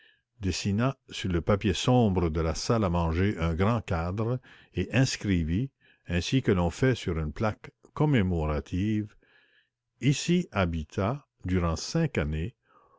dessina sur le papier sombre de la salle à manger un grand cadre et inscrivit ainsi que l'on fait sur une plaque commémorative ici habita durant cinq années